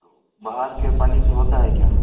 तो बाहर के पानी से होता है क्या